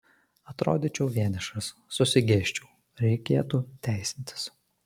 atrodyčiau vienišas susigėsčiau reikėtų teisintis